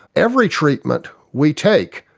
every treatment we take,